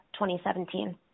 2017